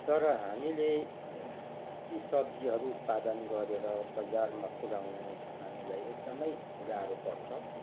तर हामीले ती सब्जीहरू उत्पादन गरेर बजारमा पुऱ्याउनु हामीलाई एकदमै गाह्रो पर्छ